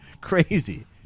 Crazy